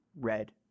red